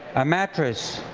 a mattress,